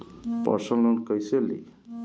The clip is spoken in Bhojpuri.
परसनल लोन कैसे ली?